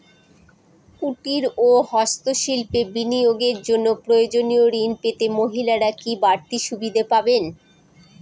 কুটীর ও হস্ত শিল্পে বিনিয়োগের জন্য প্রয়োজনীয় ঋণ পেতে মহিলারা কি বাড়তি সুবিধে পাবেন?